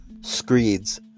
screeds